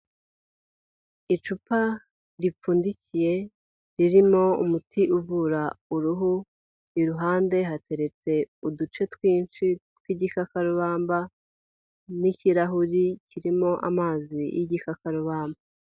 Icupa ripfundikiye, ririmo umuti uvura uruhu, iruhande hateretse uduce twinshi tw'igikakarubamba, n'ikirahuri kirimo amazi y'igikakarubamba.